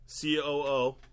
COO